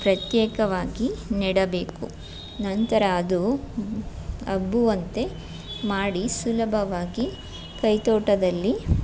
ಪ್ರತ್ಯೇಕವಾಗಿ ನೆಡಬೇಕು ನಂತರ ಅದು ಹಬ್ಬುವಂತೆ ಮಾಡಿ ಸುಲಭವಾಗಿ ಕೈತೋಟದಲ್ಲಿ